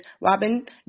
Robin